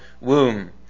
womb